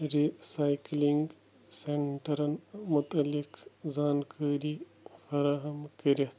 recycling سینٹَرَن متعلق زانکٲری فراہم کٔرِتھ